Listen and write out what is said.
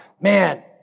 Man